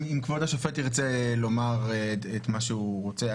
אם כבוד השופט ירצה לומר את מה שהוא רוצה.